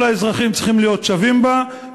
כל האזרחים צריכים להיות שווים בה,